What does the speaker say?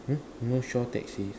hmm north shore taxi